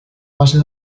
base